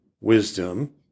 wisdom